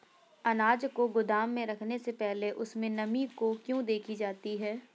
अनाज को गोदाम में रखने से पहले उसमें नमी को क्यो देखी जाती है?